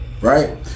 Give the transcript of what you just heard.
right